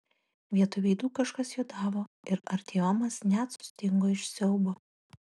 vietoj veidų kažkas juodavo ir artiomas net sustingo iš siaubo